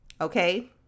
Okay